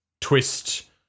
twist